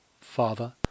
father